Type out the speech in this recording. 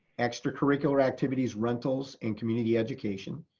extracurricular activities, rentals and community education,